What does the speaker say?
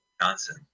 Johnson